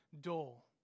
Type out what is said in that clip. dull